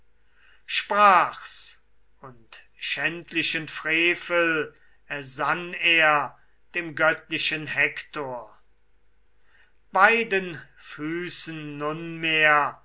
sprach's und schändlichen frevel ersann er dem göttlichen hektor beiden füßen nunmehr